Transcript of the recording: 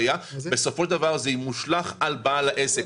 בסופו של דבר זה מושלך על בעל העסק.